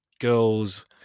girls